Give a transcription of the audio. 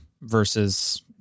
versus